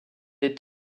est